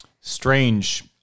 Strange